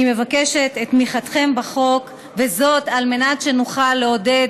אני מבקשת את תמיכתכם בחוק וזאת על מנת שנוכל לעודד